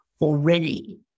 already